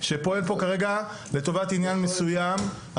שפועל פה כרגע לטובת עניין מסוים,